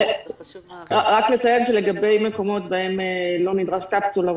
רק לציין שלגבי מקומות בהם לא נדרשות קפסולות